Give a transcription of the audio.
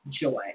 joy